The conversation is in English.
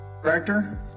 Director